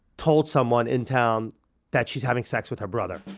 told someone in town that she's having sex with her brother.